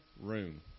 room